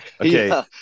Okay